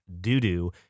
doo-doo